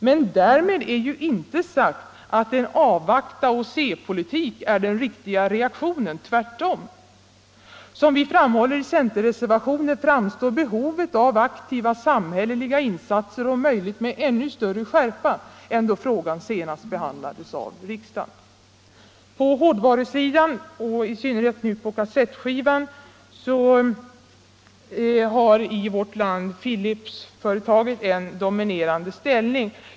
Men därmed är inte sagt att en avvakta-och-se-politik är den riktiga reaktionen — tvärtom. Som vi framhåller i centerreservationen framstår behovet av aktiva samhälleliga insatser om möjligt med ännu större skärpa än då frågan senast behandlades av riksdagen. På hårdvarusidan, och i synnerhet nu på kassettsidan, har i vårt land Philips en dominerande ställning.